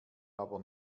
aber